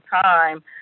time